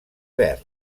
verd